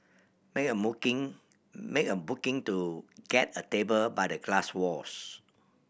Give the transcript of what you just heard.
make a make a booking to get a table by the glass walls